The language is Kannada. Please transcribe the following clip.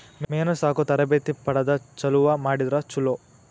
ಮೇನಾ ಸಾಕು ತರಬೇತಿ ಪಡದ ಚಲುವ ಮಾಡಿದ್ರ ಚುಲೊ